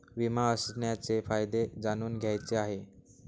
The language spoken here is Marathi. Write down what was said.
विमा असण्याचे फायदे जाणून घ्यायचे आहे